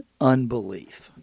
unbelief